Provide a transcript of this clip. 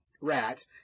rat